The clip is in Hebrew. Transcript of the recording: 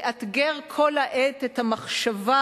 לאתגר כל העת את המחשבה,